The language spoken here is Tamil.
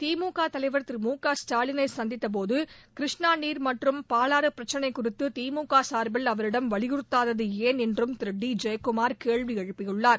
திமுக தலைவா் திரு மு க ஸ்டாலினை சந்தித்தபோது கிருஷ்ணா நீர் மற்றம் பாலாறு பிரச்சினை குறித்து திமுக சார்பில் அவரிடம் வலியுறுத்தா தது ஏன் என்றும் திரு டி ஜெயக்குமார் கேள்வி எழுப்பியுள்ளார்